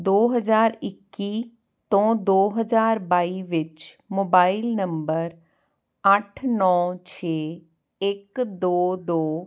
ਦੋ ਹਜ਼ਾਰ ਇੱਕੀ ਤੋਂ ਦੋ ਹਜ਼ਾਰ ਬਾਈ ਵਿੱਚ ਮੋਬਾਇਲ ਨੰਬਰ ਅੱਠ ਨੌਂ ਛੇ ਇੱਕ ਦੋ ਦੋ